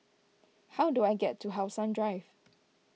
how do I get to How Sun Drive